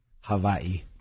Hawaii